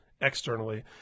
externally